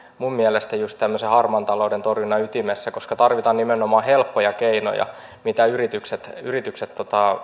minun mielestäni juuri tämmöisen harmaan talouden torjunnan ytimessä koska tarvitaan nimenomaan helppoja keinoja mitä yritykset yritykset